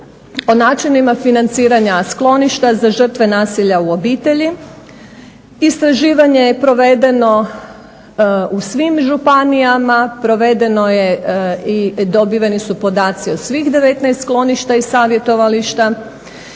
o načinima financiranja skloništa za žrtve nasilja u obitelj. Istraživanje je provedeno u svim županijama, provedeno je i dobiveni su podaci o svih 19 skloništa i savjetovališta.